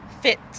fit